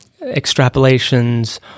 extrapolations